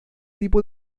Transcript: tipo